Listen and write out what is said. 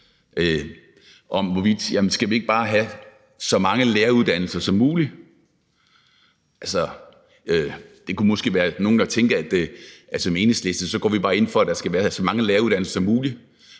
Skal vi ikke bare have så mange læreruddannelser som muligt? Altså, der kunne måske være nogen, der tænkte, at vi i Enhedslisten bare går ind for, at der skal være så mange læreruddannelser som muligt.